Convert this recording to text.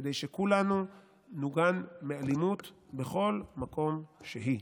כדי שכולנו נהיה מוגנים מאלימות בכל מקום שהוא.